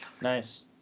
nice